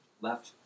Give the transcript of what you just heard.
Left